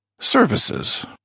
Services